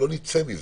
לא נצא מזה.